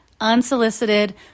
unsolicited